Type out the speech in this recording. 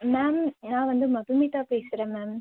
ma'am நான் வந்து மதுமிதா பேசுகிறேன் மேம்